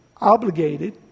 Obligated